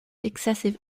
excessive